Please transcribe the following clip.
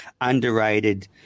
underrated